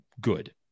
good